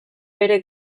bere